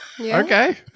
Okay